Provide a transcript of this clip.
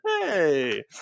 Hey